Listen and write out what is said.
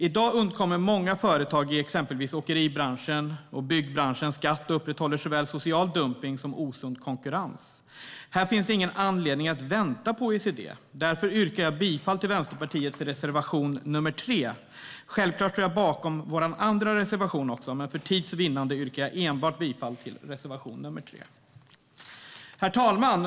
I dag undkommer många företag i exempelvis åkeribranschen och byggbranschen skatt och upprätthåller såväl social dumpning som osund konkurrens. Här finns det ingen anledning att vänta på OECD. Därför yrkar jag bifall till Vänsterpartiets reservation nr 3. Självklart står jag bakom vår andra reservation, men för tids vinnande yrkar jag bifall enbart till reservation nr 3. Herr talman!